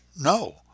No